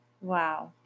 Wow